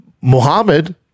Muhammad